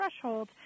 threshold